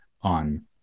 on